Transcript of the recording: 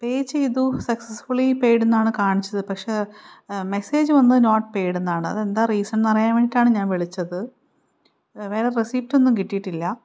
പേ ചെയ്തു successfully paid എന്നാണ് കാണിച്ചത് പക്ഷെ മെസ്സേജ് വന്നത് നോട്ട് പേഡ് എന്നാണ് അത് എന്താ റീസൺ എന്ന് അറിയാൻ വേണ്ടിയിട്ടാണ് ഞാൻ വിളിച്ചത് വേറെ റെസിപ്റ്റൊന്നും കിട്ടിയിട്ടില്ല